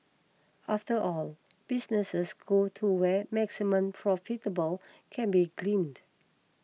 after all businesses go to where maximum profitable can be gleaned